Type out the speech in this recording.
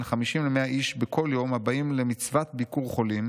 בין 50 ל-100 איש בכל יום הבאים למצוות ביקור חולים,